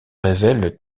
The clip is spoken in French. révèle